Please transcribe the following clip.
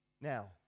Now